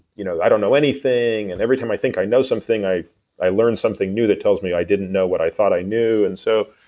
you know i don't know anything, and every time i think i know something, i i learn something new that tells me i didn't know what i thought i knew. knew. and so,